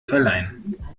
verleihen